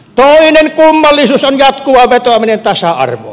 toinen kummallisuus on jatkuva vetoaminen tasa arvoon